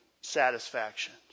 satisfaction